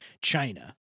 China